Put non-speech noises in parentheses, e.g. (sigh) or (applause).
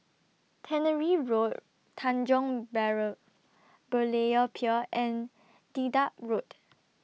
Tannery Road Tanjong (unintelligible) Berlayer Pier and Dedap Road